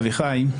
אביחי.